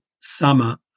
summer